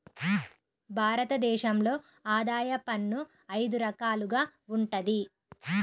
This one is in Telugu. భారత దేశంలో ఆదాయ పన్ను అయిదు రకాలుగా వుంటది